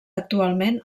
actualment